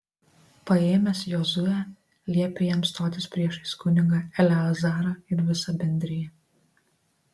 paėmęs jozuę liepė jam stotis priešais kunigą eleazarą ir visą bendriją